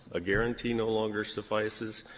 a guaranty no longer suffices,